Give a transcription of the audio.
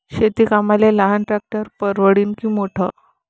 शेती कामाले लहान ट्रॅक्टर परवडीनं की मोठं?